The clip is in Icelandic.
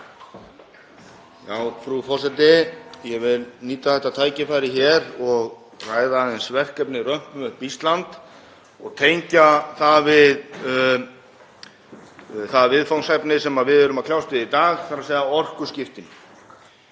Frú forseti. Ég vil nýta þetta tækifæri hér og ræða aðeins verkefnið Römpum upp Ísland og tengja það við það viðfangsefni sem við erum að kljást við í dag, þ.e. orkuskiptin.